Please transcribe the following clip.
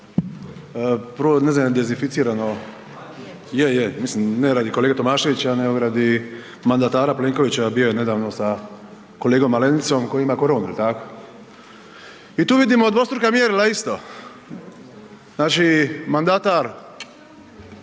Ovo ne znam jel dezinficirano? Je, je, mislim ne radi kolege Tomaševića, nego radi mandatara Plenkovića bio je nedavno sa kolegom Malenicom koji ima koronu, jel tako? I tu vidimo dvostruka mjerila isto. Znači, mandatar